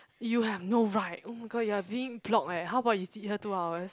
you have no right oh my god you are being blocked eh how about you sit here two hours